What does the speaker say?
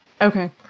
okay